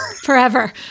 Forever